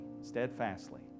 steadfastly